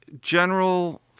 general